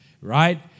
right